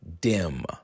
dim